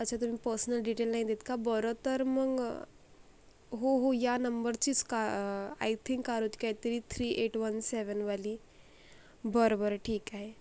अच्छा तुम्ही personal detail नाही देत का बरं तर मग हो हो या नंबरचीच का आय थिंक कार होती काहीतरी थ्री एट वन सेव्हन वाली बरं बरं ठीक आहे